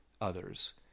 others